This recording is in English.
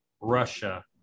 Russia